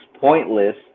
pointless